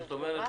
זאת אומרת,